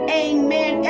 amen